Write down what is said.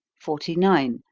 forty nine.